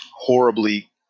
horribly